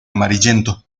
amarillento